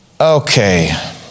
Okay